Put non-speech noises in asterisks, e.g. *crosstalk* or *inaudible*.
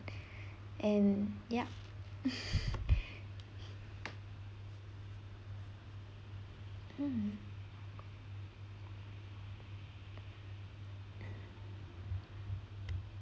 and yup *laughs* mm